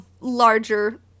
larger